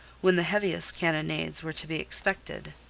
when the heaviest cannonades were to be expected